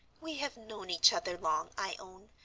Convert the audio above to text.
we have known each other long, i own,